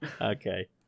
Okay